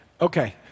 Okay